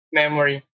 memory